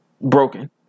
Broken